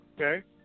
Okay